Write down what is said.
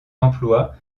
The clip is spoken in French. emplois